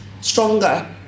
stronger